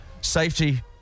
safety